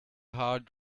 hard